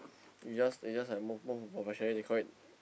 you just you just like more more more professional they call it